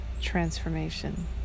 transformation